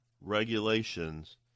regulations